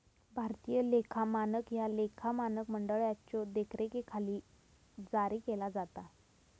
भारतीय लेखा मानक ह्या लेखा मानक मंडळाच्यो देखरेखीखाली जारी केला जाता